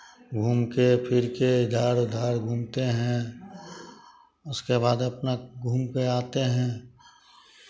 घूम के फिर के इधर उधर घूमते हैं उसके बाद अपना घूम के आते हैं